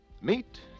Meet